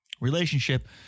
Relationship